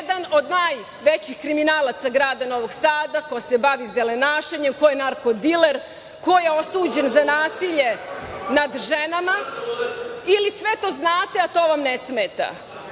jedan od najvećih kriminalaca grada Novog Sada, ko se bavi zelenašenjem, ko je narko diler, ko je osuđen za nasilje nad ženama ili sve to znate, ali to vam ne smeta.